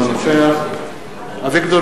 אינו נוכח אביגדור